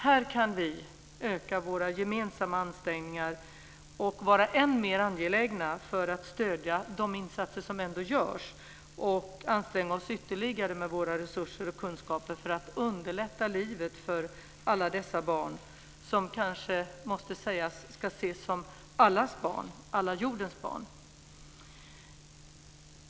Här kan vi öka våra gemensamma ansträngningar och vara än mer angelägna för att stödja de insatser som görs och anstränga oss ytterligare med våra resurser och kunskaper för att underlätta livet för alla dessa barn, som kanske ska ses som allas barn, hela jordens barn.